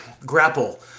grapple